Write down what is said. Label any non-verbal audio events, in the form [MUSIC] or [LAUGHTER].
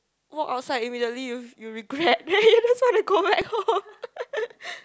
walk outside immediately you you regret then you just want to go back home [LAUGHS]